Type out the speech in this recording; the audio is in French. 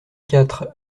quatre